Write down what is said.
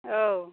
औ